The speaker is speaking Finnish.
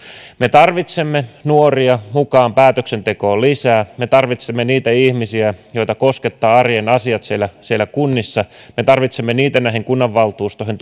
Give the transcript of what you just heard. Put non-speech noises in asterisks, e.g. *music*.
me tarvitsemme lisää nuoria mukaan päätöksentekoon me tarvitsemme niitä ihmisiä joita koskettavat arjen asiat siellä siellä kunnissa me tarvitsemme lisää heitä kunnanvaltuustoihin *unintelligible*